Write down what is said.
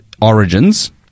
origins